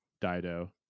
Dido